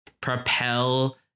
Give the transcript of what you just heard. propel